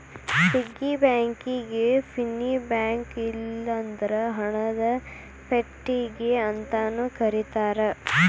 piggy ಬ್ಯಾಂಕಿಗಿ ಪಿನ್ನಿ bank ಇಲ್ಲಂದ್ರ ಹಣದ ಪೆಟ್ಟಿಗಿ ಅಂತಾನೂ ಕರೇತಾರ